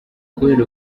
kubera